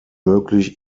möglich